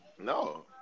No